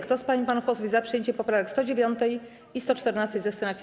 Kto z pań i panów posłów jest za przyjęciem poprawek 109. i 114., zechce